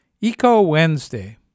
Eco-Wednesday